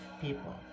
people